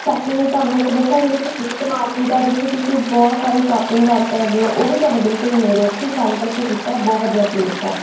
secondly ਤੁਹਾਨੂੰ ਇੱਕ ਦੱਸਾਂ ਜਿਹੜੀ 'ਚ ਮਾਰਕੀਟ ਆ ਜਿੱਥੋਂ ਤੁਸੀਂ ਬਹੁਤ ਸਾਰੇ ਸ਼ੋਪਿੰਗ ਕਰ ਸਕਦੇ ਹੋ ਉਹ ਵੀ ਤੁਹਾਡੇ ਬਿਲਕੁਲ ਨੇੜੇ ਆ ਤੁਸੀਂ ਸੈਂਟਰ 'ਚ ਕੀਤਾ ਬਹੁਤ ਵਧੀਆ ਪਲੇਸ ਆ